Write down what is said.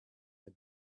the